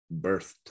birthed